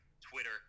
Twitter